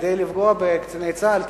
כדי לפגוע בקציני צה"ל,